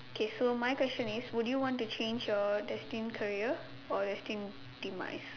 K so my question is would you want to change your destined career or destined demise